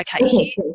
Okay